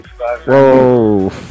Whoa